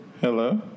Hello